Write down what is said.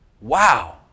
wow